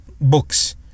books